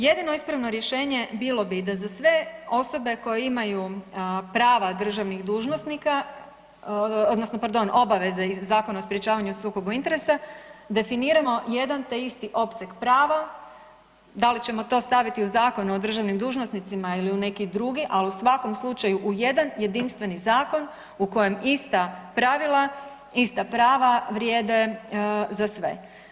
Jedino ispravno rješenje bilo bi da za sve osobe koje imaju prava državnih dužnosnika odnosno pardon obaveze iz Zakona o sprječavanju o sukobu interesa definiramo jedan te isti opseg prava, da li ćemo to staviti u Zakon o državnim dužnosnicima ili u neki drugi, ali u svakom slučaju u jedan jedinstveni zakon u kojem ista prava, ista prava vrijede za sve.